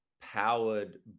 powered